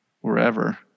wherever